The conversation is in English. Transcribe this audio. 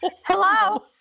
Hello